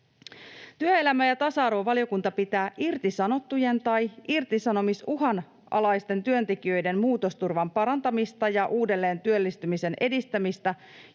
Työelämä‑ ja tasa-arvovaliokunta pitää irtisanottujen tai irtisanomisuhan alaisten työntekijöiden muutosturvan parantamista ja uudelleentyöllistymisen edistämistä